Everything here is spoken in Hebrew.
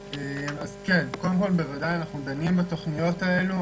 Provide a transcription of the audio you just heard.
כן, קודם כול, אנחנו בוודאי דנים בתוכניות האלה.